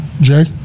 Jay